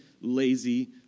lazy